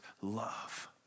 love